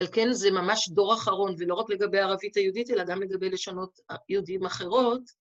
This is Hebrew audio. וכן זה ממש דור אחרון, ולא רק לגבי הערבית היהודית, אלא גם לגבי לשונות יהודים אחרות.